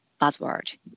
buzzword